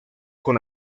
con